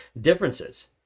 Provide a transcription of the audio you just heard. differences